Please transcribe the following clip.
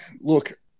look